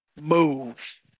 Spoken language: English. move